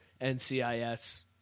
NCIS